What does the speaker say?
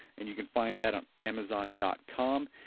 and, you can find that on amazon dot com.